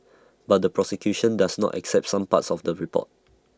but the prosecution does not accept some parts of the report